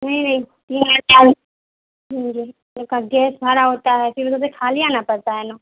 نہیں نہیں تین ہزار لیں گے کیونکہ گیس بھرا ہوتا ہے پھر ادھر سے خالی آنا پڑتا ہے نا